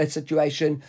situation